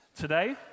Today